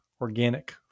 Organic